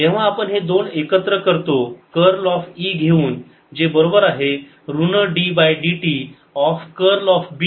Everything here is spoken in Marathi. जेव्हा आपण हे दोन एकत्र करतो कर्ल ऑफ E घेऊन जे बरोबर आहे ऋण d by dt of curl of B